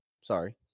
Sorry